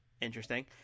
Interesting